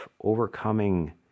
overcoming